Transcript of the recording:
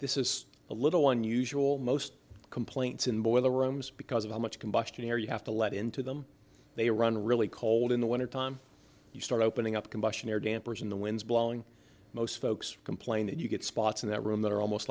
this is a little unusual most complaints in boiler rooms because of how much combustion air you have to let into them they run really cold in the wintertime you start opening up combustion air dampers in the wind's blowing most folks complain that you get spots in that room that are almost